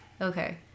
okay